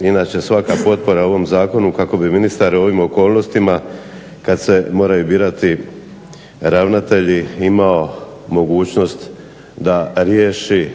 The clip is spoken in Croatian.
inače svaka potpora ovom zakonu kako bi ministar u ovim okolnostima kada se moraju birati ravnatelji imao mogućnost da riješi